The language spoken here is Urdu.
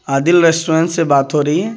عادل ریسٹورنٹ سے بات ہو رہی ہے